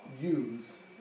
use